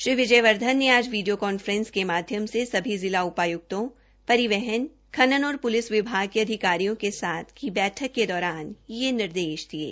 श्री विजय वर्धन ने आज video conference के माध्यम से सभी जिला आय्क्तों परिवहनखनन और प्लिस विभाग के अधिकारियों के साथ बैठक के दौरान यह निर्देश जारी किये